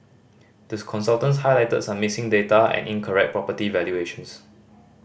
the consultants highlighted some missing data and incorrect property valuations